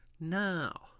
now